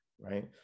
right